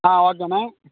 ஆ ஓகேண்ணே